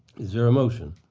is there a motion?